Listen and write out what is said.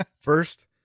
first